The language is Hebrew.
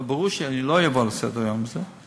אבל ברור שאני לא אעבור לסדר-היום על זה,